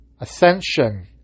ascension